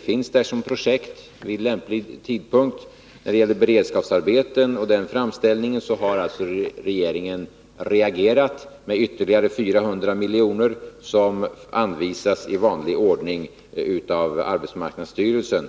finns som ett projekt att sätta i gång vid lämplig tidpunkt och att regeringen har reagerat på framställningen om beredskapsarbeten genom att ytterligare 400 milj.kr. anvisats i vanlig ordning av arbetsmarknadsstyrelsen.